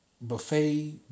buffet